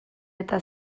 eta